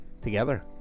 together